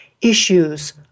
issues